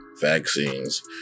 vaccines